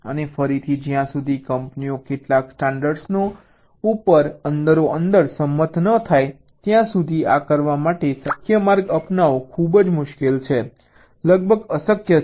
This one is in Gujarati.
અને ફરીથી જ્યાં સુધી કંપનીઓ કેટલાક સ્ટાન્ડર્ડ્સો ઉપર અંદરોઅંદર સંમત ન થાય ત્યાં સુધી આ કરવા માટે શક્ય માર્ગ અપનાવવો ખૂબ મુશ્કેલ લગભગ અશક્ય છે